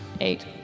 Eight